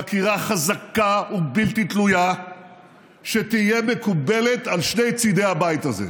חקירה חזקה ובלתי תלויה שתהיה מקובלת על שני צידי הבית הזה,